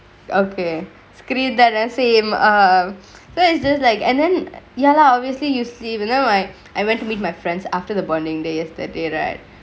okay screen தானெ:thaane same ah that's just like and then ya lah obviously you see because I I went to meet my friends after the bondingk day yesterday right